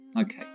Okay